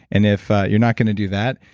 and if you're not going to do that,